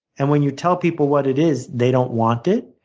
and when you tell people what it is, they don't want it.